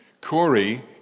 Corey